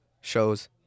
shows